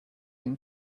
and